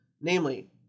Namely